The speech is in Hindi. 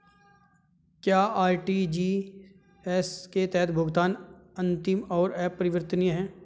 क्या आर.टी.जी.एस के तहत भुगतान अंतिम और अपरिवर्तनीय है?